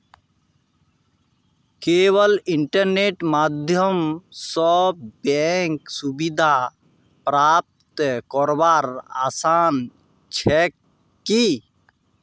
केवल इन्टरनेटेर माध्यम स बैंक सुविधा प्राप्त करवार आसान छेक की